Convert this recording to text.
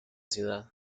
ciudad